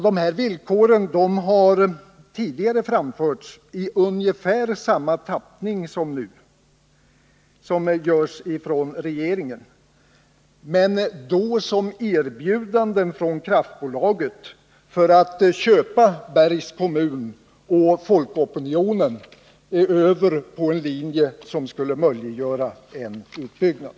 Dessa villkor har tidigare framförts i ungefär samma tappning som regeringen nu framför dem men då som erbjudanden från kraftverksbolaget för att köpa över Bergs kommun och folkopinionen till en linje som skulle möjliggöra en utbyggnad.